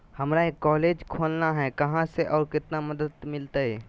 हमरा एक कॉलेज खोलना है, कहा से और कितना मदद मिलतैय?